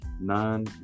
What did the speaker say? nine